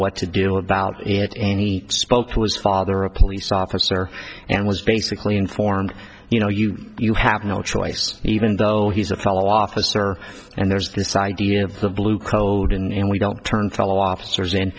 what to do about it and he spoke to his father a police officer and was basically informed you know you you have no choice even though he's a fellow officer and there's this idea of the blue code and we don't turn fellow officers